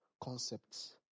concepts